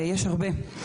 יש הרבה.